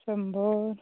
शंबर